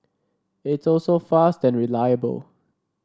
it's also fast and reliable